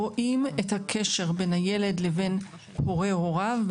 רואים את הקשר בין הילד לבין הורי הוריו,